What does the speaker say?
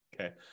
Okay